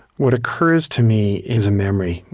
what occurs to me is a memory.